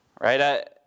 right